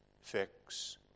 fix